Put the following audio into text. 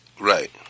Right